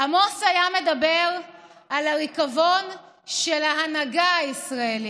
עמוס היה מדבר על הריקבון של ההנהגה הישראלית.